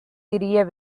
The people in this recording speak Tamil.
திரிய